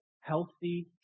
healthy